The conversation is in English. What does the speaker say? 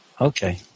Okay